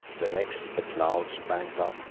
the next the clouds banked up,